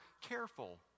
careful